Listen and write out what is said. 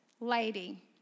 lady